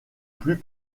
plus